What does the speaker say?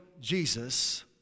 Jesus